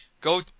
go